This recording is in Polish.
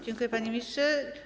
Dziękuję, panie ministrze.